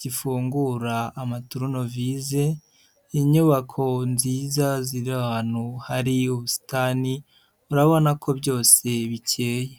gifungura amaturunovize, inyubako nziza ziri ahantu hari ubusitani, urabona ko byose bikeye.